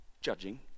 Judging